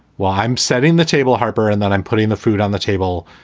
well, i'm setting the table, harper, and then i'm putting the food on the table.